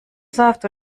saft